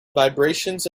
vibrations